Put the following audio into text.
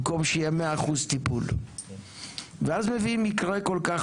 במקום שיהיה מאה אחוז טיפול ואז מביאים מקרה כל כך